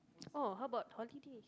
oh how about holidays